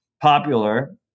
popular